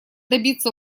добиться